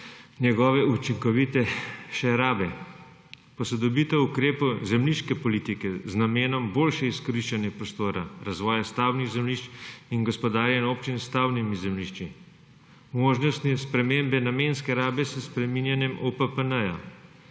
njegove učinkovitejše rabe, posodobitev ukrepov zemljiške politike z namenom boljšega izkoriščanja prostora, razvoja stavbnih zemljišč in gospodarjenja občin s stavbnimi zemljišči, možnosti spremembe namenske rabe s spreminjanjem